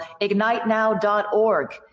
Ignitenow.org